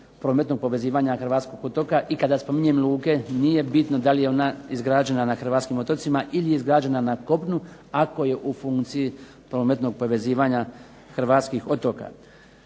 prometnog povezivanja hrvatskog otoka i kada spominjem luke nije bitno da li je ona izgrađena na hrvatskim otocima ili je izgrađena na kopnu ako je u funkciji prometnog povezivanja hrvatskih otoka.